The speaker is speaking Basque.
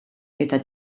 eta